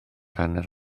hanner